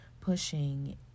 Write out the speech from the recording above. pushing